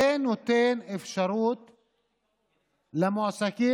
זה נותן אפשרות למועסקים,